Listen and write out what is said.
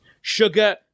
sugar